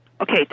okay